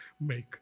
make